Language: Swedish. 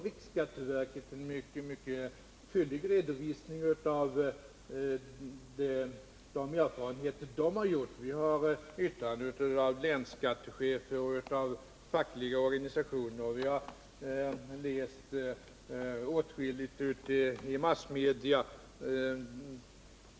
Vi har en mycket fyllig redovisning av riksskatteverkets erfarenheter, vi har yttranden av länsskattecheferna och av fackliga organisationer, vi har tagit del av åtskilligt i massmedia.